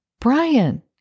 Brian